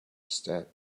step